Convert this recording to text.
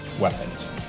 weapons